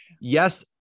yes